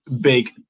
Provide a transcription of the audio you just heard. big